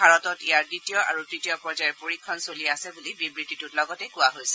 ভাৰতত ইয়াৰ দ্বিতীয় আৰু তৃতীয় পৰ্যায়ৰ পৰীক্ষণ চলি আছে বুলি বিবৃতিটোত লগতে কোৱা হৈছে